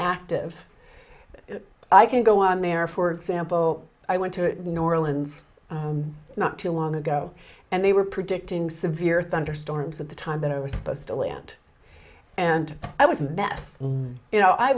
active i can go on the air for example i went to new orleans not too long ago and they were predicting severe thunderstorms at the time that i was supposed to land and i was in that you know i